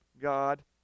God